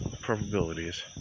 probabilities